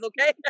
okay